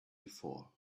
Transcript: before